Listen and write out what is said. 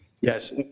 Yes